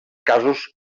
casos